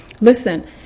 listen